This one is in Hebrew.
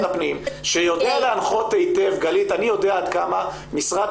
שיודע להנחות היטב אני יודע עד כמה משרד